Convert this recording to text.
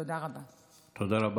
תודה לך,